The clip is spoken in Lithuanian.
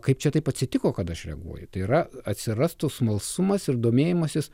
kaip čia taip atsitiko kad aš reaguoju tai yra atsirastų smalsumas ir domėjimasis